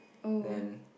then